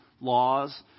laws